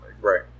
right